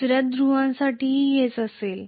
दुसऱ्या ध्रुवासाठीही हेच केले जाईल